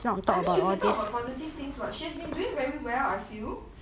I mean you can talk about positive things what she's been doing very well I feel